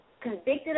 Convicted